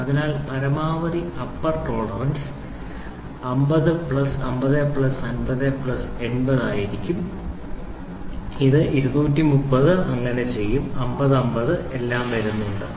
അതിനാൽ പരമാവധി upper tolerance 50 plus 50 plus 50 plus 80 ആയിരിക്കും ഇത് 230 ഇത് എങ്ങനെ ചെയ്യും 50 50 എല്ലാം വരുന്നുണ്ടോ